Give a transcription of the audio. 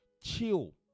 Chill